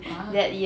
ah